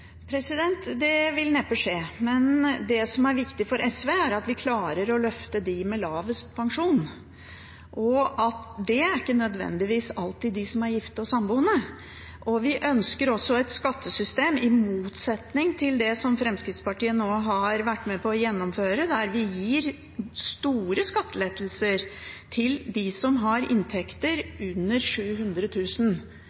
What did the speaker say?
Det vil neppe skje. Det som er viktig for SV, er at vi klarer å løfte dem med lavest pensjon. Det er ikke nødvendigvis alltid de som er gifte og samboende. Vi ønsker også et skattesystem i motsetning til det som Fremskrittspartiet nå har vært med på å gjennomføre, der vi gir store skattelettelser til dem som har